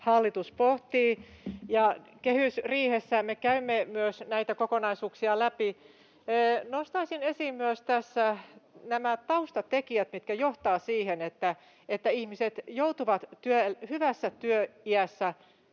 toimenpiteitä. Kehysriihessä me käymme myös näitä kokonaisuuksia läpi. Nostaisin esiin tässä myös taustatekijät, mitkä johtavat siihen, että ihmiset joutuvat hyvässä työiässä